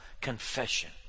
confession